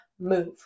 Move